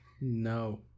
No